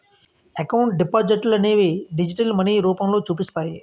account డిపాజిట్లనేవి digital money రూపంలో చూపిస్తాయి